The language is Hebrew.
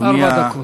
ארבע דקות.